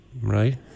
right